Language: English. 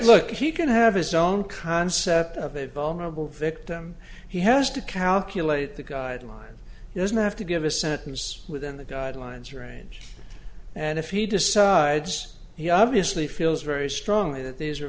look he can have his own concept of a vulnerable victim he has to calculate the guideline doesn't have to give a sentence within the guidelines range and if he decides he obviously feels very strongly that these are